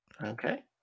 Okay